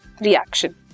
reaction